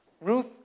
Ruth